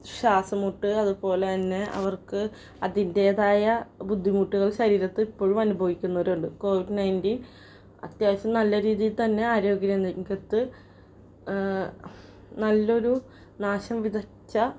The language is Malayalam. ശ്വാസംമുട്ട് അതുപോലെ തന്നെ അവർക്ക് അതിൻറ്റേതായ ബുദ്ധിമുട്ടുകൾ ശരീരത്തിൽ ഇപ്പോഴും അനുഭവിക്കുന്നവരുണ്ട് കോവിഡ് നയൻറ്റീൻ അത്യാവശ്യം നല്ല രീതിയിൽത്തന്നെ ആരോഗ്യ രംഗ് രംഗത്ത് നല്ലൊരു നാശം വിതച്ച